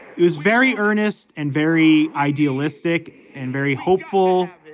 it was very earnest and very idealistic and very hopeful.